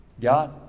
god